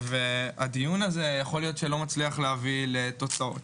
הדיון הזה יכול להיות שלא מצליח להביא לתוצאות.